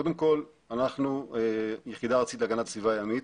קודם כל אנחנו היחידה הארצית להגנת הסביבה הימית.